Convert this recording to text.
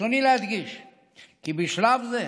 ברצוני להדגיש כי בשלב זה,